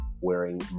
wearing